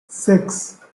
six